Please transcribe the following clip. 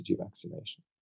vaccination